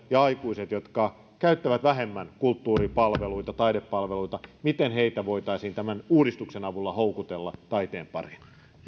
ja aikuisia jotka käyttävät vähemmän kulttuuripalveluita taidepalveluita miten heitä voitaisiin tämän uudistuksen avulla houkutella taiteen pariin